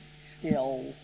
skill